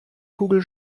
kugel